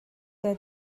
der